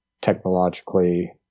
technologically